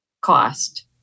cost